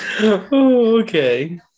Okay